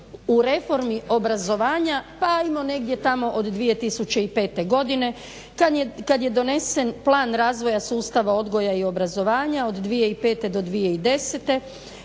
u reformi obrazovanja pa ajmo negdje tamo od 2005. godine kad je donesen Plan razvoja sustava odgoja i obrazovanja 2005.-2010.,